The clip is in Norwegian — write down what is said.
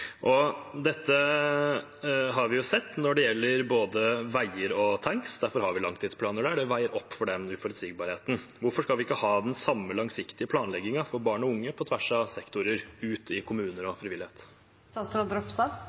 Dette har vi jo sett når det gjelder både veier og tanks. Derfor har vi langtidsplaner der – det veier opp for den uforutsigbarheten. Hvorfor skal vi ikke ha den samme langsiktige planleggingen for barn og unge på tvers av sektorer ute i kommuner